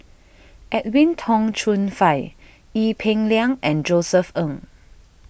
Edwin Tong Chun Fai Ee Peng Liang and Josef Ng